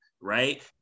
right